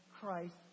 Christ